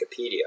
Wikipedia